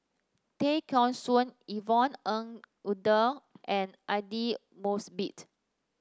Tay Kheng Soon Yvonne Ng Uhde and Aidli Mosbit